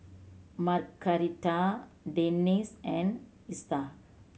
Margaretta Denine and Ester